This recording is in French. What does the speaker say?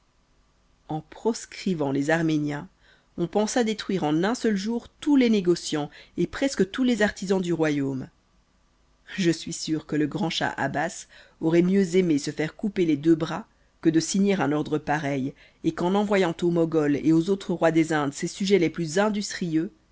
en proscrivant les arméniens on pensa détruire en un seul jour tous les négociants et presque tous les artisans du royaume je suis sûr que le grand cha abas auroit mieux aimé se faire couper les deux bras que de signer un ordre pareil et qu'en envoyant au mogol et aux autres rois des indes ses sujets les plus industrieux